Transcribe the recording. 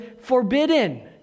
forbidden